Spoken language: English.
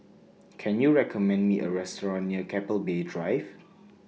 Can YOU recommend Me A Restaurant near Keppel Bay Drive